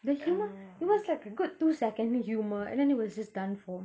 the humour it was like a good two second humour and then it was done for